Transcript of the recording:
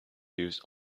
used